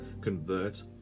convert